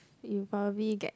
you probably get